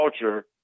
culture